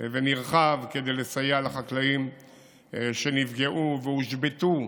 חיובי ונרחב כדי לסייע לחקלאים שנפגעו והושבתו.